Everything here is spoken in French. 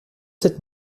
sept